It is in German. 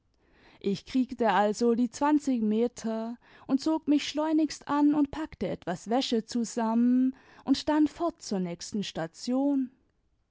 ich kriegte also die zwanzig meter imd zog mich schleunigst an und packte etwas wäsche zusammen und dann fort zur nächsten station